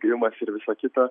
grimas ir visa kita